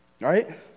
right